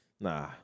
Nah